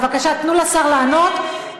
בבקשה, תנו לשר לענות.